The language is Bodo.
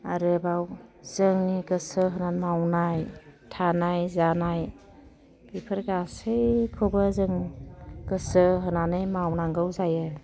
आरोबाव जोंनि गोसो होनानै मावनाय थानाय जानाय बेफोर गासैखौबो जों गोसो होनानै मावनांगौ जायो